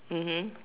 mmhmm